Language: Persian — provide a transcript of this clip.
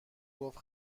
گفت